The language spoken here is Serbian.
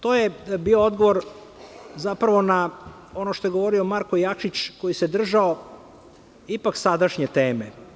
To je bio odgovor na ono što je govorio Marko Jakšić, koji se držao ipak sadašnje teme.